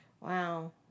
Wow